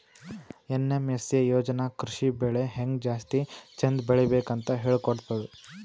NMSA ಯೋಜನಾ ಕೃಷಿ ಬೆಳಿ ಹೆಂಗ್ ಜಾಸ್ತಿ ಚಂದ್ ಬೆಳಿಬೇಕ್ ಅಂತ್ ಹೇಳ್ಕೊಡ್ತದ್